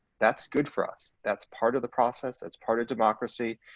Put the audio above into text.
that's good for us. that's part of the process, that's part of democracy,